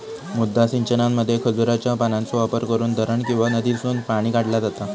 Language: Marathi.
मुद्दा सिंचनामध्ये खजुराच्या पानांचो वापर करून धरण किंवा नदीसून पाणी काढला जाता